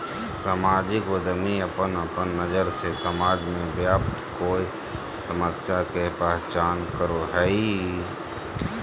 सामाजिक उद्यमी अपन अपन नज़र से समाज में व्याप्त कोय समस्या के पहचान करो हइ